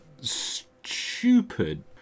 stupid